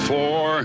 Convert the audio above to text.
Four